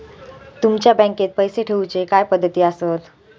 तुमच्या बँकेत पैसे ठेऊचे काय पद्धती आसत?